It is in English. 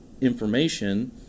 information